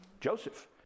Joseph